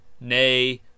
nay